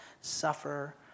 suffer